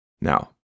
Now